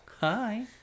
Hi